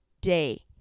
day